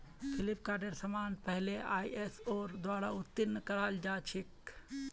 फ्लिपकार्टेर समान पहले आईएसओर द्वारा उत्तीर्ण कराल जा छेक